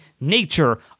nature